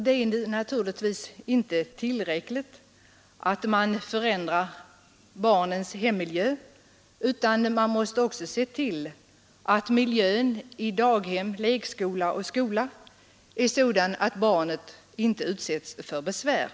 Det är naturligtvis inte tillräckligt att man ändrar barnens hemmiljö, man måste också se till att miljön i daghem, lekskola och skola är sådan att barnen inte utsätts för besvär.